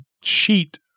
sheet